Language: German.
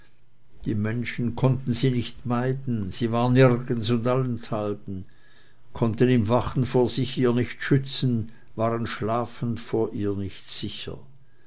die menschen konnten sie nicht meiden sie war nirgends und allenthalben konnten im wachen vor ihr sich nicht schützen waren schlafend vor ihr nicht sicher